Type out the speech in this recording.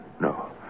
No